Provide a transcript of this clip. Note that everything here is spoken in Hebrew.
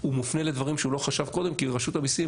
הוא מופנה לדברים שהוא לא חשב קודם כי רשות המיסים,